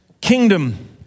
kingdom